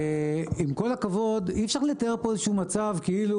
עם כל הכבוד, אי-אפשר לתאר מצב כאילו